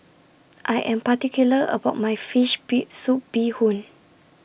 I Am particular about My Fish Be Soup Bee Hoon